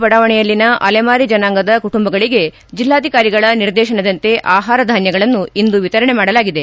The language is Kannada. ಬಡಾವಣೆಯಲ್ಲಿನ ಅಲೆಮಾರಿ ಜನಾಂಗದ ಕುಟುಂಬಗಳಿಗೆ ಜಿಲ್ಲಾಧಿಕಾರಿಗಳ ನಿರ್ದೇಶನದಂತೆ ಆಹಾರ ಧಾನ್ಭಗಳನ್ನು ಇಂದು ವಿತರಣೆ ಮಾಡಲಾಗಿದೆ